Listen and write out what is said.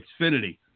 Xfinity